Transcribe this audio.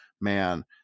man